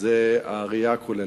הוא הראייה הכוללת.